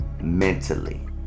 mentally